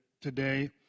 today